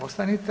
Ostanite.